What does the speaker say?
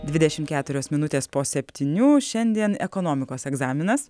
dvidešimt keturios minutės po septynių šiandien ekonomikos egzaminas